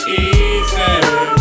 easy